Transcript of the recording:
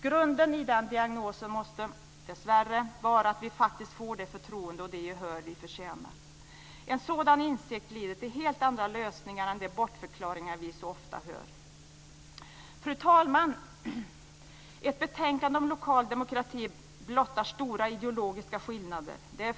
Grunden i den diagnosen måste, dessvärre, vara att vi faktiskt får det förtroende och det gehör som vi förtjänar. En sådan insikt leder till helt andra lösningar än de bortförklaringar vi så ofta hör. Fru talman! Ett betänkande om lokal demokrati blottar stora ideologiska skillnader.